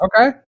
Okay